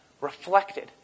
reflected